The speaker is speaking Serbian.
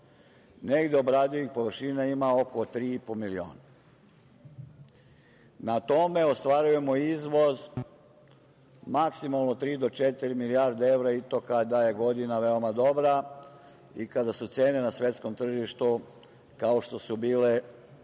Negde obradivih površina ima oko 3,5 miliona. Na tome ostvarujemo izvoz maksimalno tri do četiri milijarde evra i to kada je godina veoma dobra i kada su cene na svetskom tržištu kao što su bile jesenas